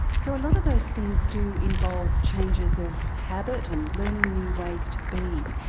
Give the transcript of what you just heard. so a lot of those things do involve changes of habit and learning new ways to be.